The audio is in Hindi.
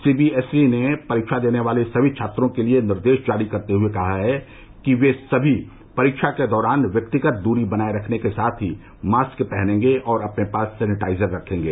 सीबीएसई ने परीक्षा देने वाले सभी छात्रों के लिए निर्देश जारी करते हुए कहा है कि वे सभी परीक्षा के दौरान व्यक्तिगत दूरी बनाए रखने के साथ ही मास्क पहनेंगे और अपने पास सेनेटाइजर रखेंगे